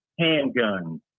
handguns